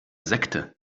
sekte